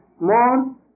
more